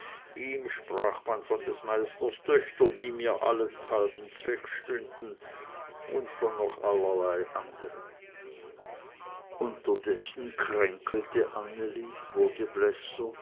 ihm sprach man von des meisters töchtern die mir allenthalben z'weg stünden und von noch allerlei anderem unterdessen kränkelte